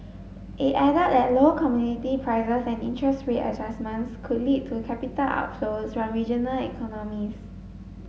it added that low commodity prices and interest rate adjustments could lead to capital outflows from regional economies